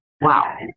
wow